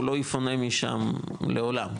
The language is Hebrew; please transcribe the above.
הוא לא יפונה משם לעולם,